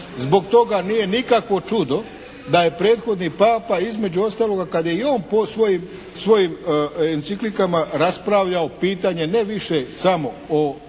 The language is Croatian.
Zbog toga nije nikakvo čudo da je prethodni papa između ostaloga kad je i on po svojim enciklikama raspravljao pitanje ne više samo o zaštiti